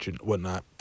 whatnot